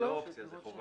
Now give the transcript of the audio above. זו לא אופציה, זו חובה.